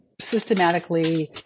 systematically